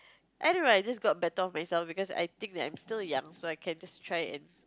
I don't know I just got better of myself because I think that I'm still young so I can just try and